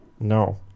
no